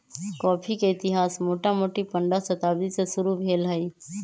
coffee के इतिहास मोटामोटी पंडह शताब्दी से शुरू भेल हइ